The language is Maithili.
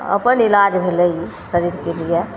अपन इलाज भेलै ई शरीरके लिए